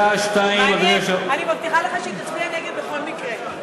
אני מבטיחה לך שהיא תצביע נגד בכל מקרה.